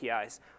APIs